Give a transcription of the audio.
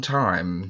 time